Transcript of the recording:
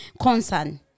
concern